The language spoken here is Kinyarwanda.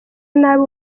nabi